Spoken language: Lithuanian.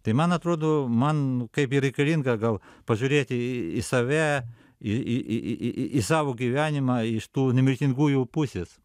tai man atrodo man nu kaip ji reikalinga gal pažiūrėti į save į į į į į į į savo gyvenimą iš tų nemirtingųjų pusės